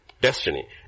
Destiny